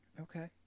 Okay